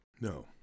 No